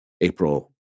April